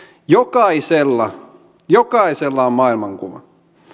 jokaisella jokaisella on maailmankuva